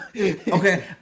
Okay